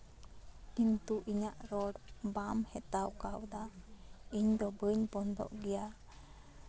ᱠᱤᱱᱛᱩ ᱤᱧᱟᱹᱜ ᱨᱚᱲ ᱵᱟᱢ ᱦᱮᱛᱟᱣ ᱠᱟᱣᱫᱟ ᱤᱧ ᱫᱚ ᱵᱟᱹᱧ ᱵᱚᱱᱫᱚᱜ ᱜᱮᱭᱟ